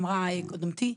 לדברי קודמתי.